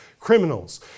criminals